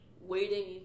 waiting